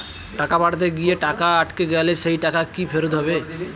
টাকা পাঠাতে গিয়ে টাকা আটকে গেলে সেই টাকা কি ফেরত হবে?